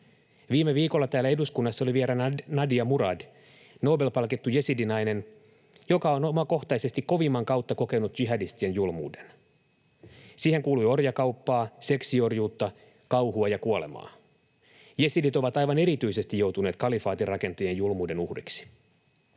Viime viikolla täällä eduskunnassa oli vieraana Nadia Murad, Nobel-palkittu jesidinainen, joka on omakohtaisesti kovimman kautta kokenut jihadistien julmuuden. Siihen kuului orjakauppaa, seksiorjuutta, kauhua ja kuolemaa. Jesidit ovat aivan erityisesti joutuneet kalifaatin rakentajien julmuuden uhriksi.